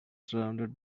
surrounded